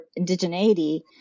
indigeneity